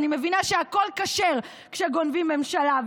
אני מבינה שהכול כשר כשגונבים ממשלה.